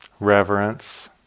reverence